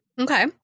Okay